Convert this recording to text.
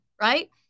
right